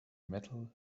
metal